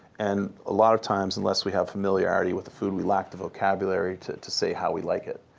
and a lot of times, unless we have familiarity with the food, we lack the vocabulary to to say how we like it.